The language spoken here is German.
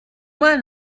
mal